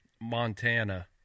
Montana